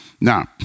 Now